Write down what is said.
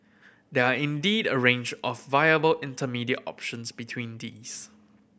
there are indeed a range of viable intermediate options between these